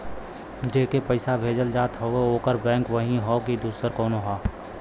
जेके पइसा भेजल जात हौ ओकर बैंक वही हौ कि दूसर कउनो हौ